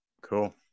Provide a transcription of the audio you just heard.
Cool